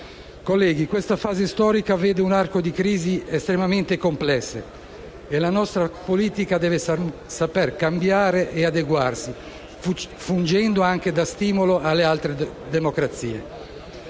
Colleghi, questa fase storica vede un arco di crisi estremamente complesse e la nostra politica estera deve sapere cambiare e adeguarsi, fungendo anche da stimolo alle altre democrazie.